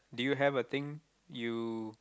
do you have a thing you